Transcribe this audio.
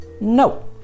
No